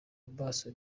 amaso